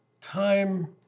time